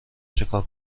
چیکار